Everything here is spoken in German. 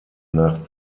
nach